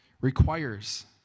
requires